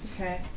Okay